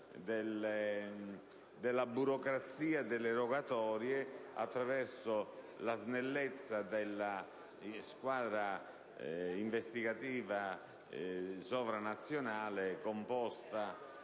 della burocrazia delle rogatorie attraverso la snellezza della squadra investigativa sovranazionale composta